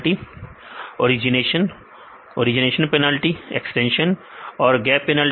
विद्यार्थी origination origination penalty विद्यार्थी extension और गैप पेनल्टी